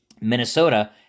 Minnesota